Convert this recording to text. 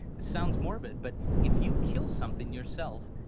it sounds more, but but if you kill something yourself,